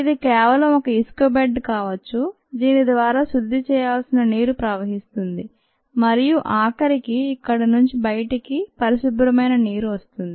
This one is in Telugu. ఇది కేవలం ఒక ఇసుక బెడ్ కావచ్చు దీని ద్వారా శుద్ధి చేయాల్సిన నీరు ప్రవహిస్తుంది మరియు ఆఖరికి ఇక్కడ నుంచి బయటకి పరిశుభ్రమైన నీరు వస్తుంది